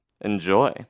enjoy